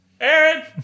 Aaron